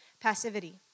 passivity